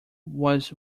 was